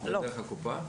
לא דרך הקופה?